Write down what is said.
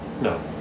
No